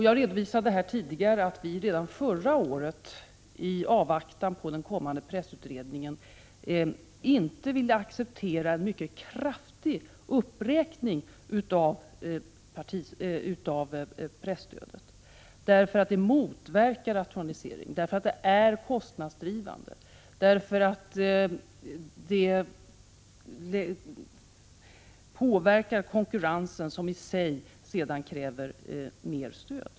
Jag redovisade tidigare att vi redan förra året, i avvaktan på den kommande pressutredningen, inte ville acceptera en mycket kraftig uppräkning av presstödet, därför att det motverkar rationalisering, därför att det är kostnadsuppdrivande och därför att det påverkar konkurrensen som i sig sedan kräver mer stöd.